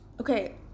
okay